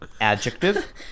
adjective